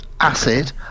acid